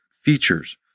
features